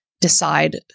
decide